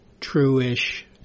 true-ish